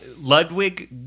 Ludwig